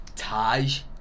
Taj